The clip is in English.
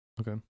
Okay